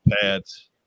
pads